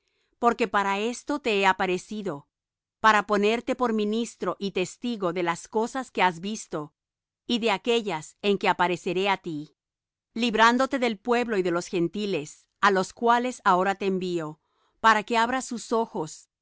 porque para esto te he aparecido para ponerte por ministro y testigo de las cosas que has visto y de aquellas en que apareceré á ti librándote del pueblo y de los gentiles á los cuales ahora te envío para que abras sus ojos